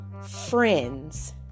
friends